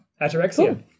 Ataraxia